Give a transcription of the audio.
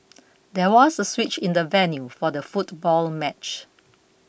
there was a switch in the venue for the football match